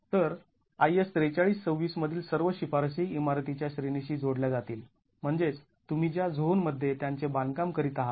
तर IS ४३२६ मधील सर्व शिफारशी इमारतीच्या श्रेणीशी जोडल्या जातील म्हणजेच तुम्ही ज्या झोन मध्ये त्यांचे बांधकाम करीत आहात